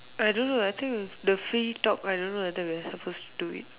I don't know I think the free talk I don't know whether we're supposed to it